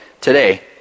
today